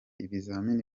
ibizamini